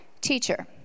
Teacher